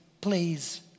Please